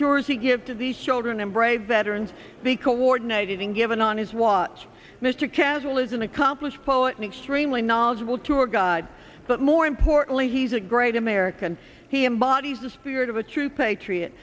tours he give to these children and brave veterans be coordinated and given on his watch mr carroll is an accomplished poet an extremely knowledgeable tour guide but more importantly he's a great american he embodies the spirit of a true patriot